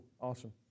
awesome